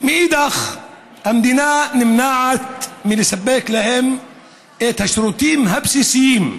אך המדינה נמנעת מלספק להם שירותים בסיסיים,